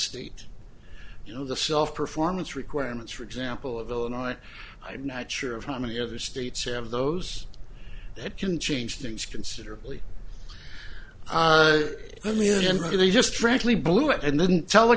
state to you know the self performance requirements for example of illinois i'm not sure of how many other states have those that can change things considerably only and maybe they just frankly blew it and then tell the